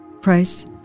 Christ